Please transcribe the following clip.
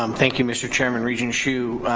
um thank you mr. chairman. regent hsu,